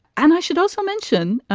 and i should also mention,